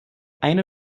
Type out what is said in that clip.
eine